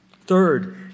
Third